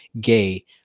gay